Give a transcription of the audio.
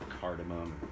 cardamom